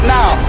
now